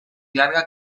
llarga